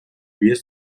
vies